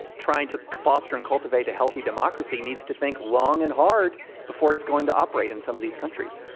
trying to foster and cultivate a healthy democracy needs to think long and hard before it's going to operate in some of these countries.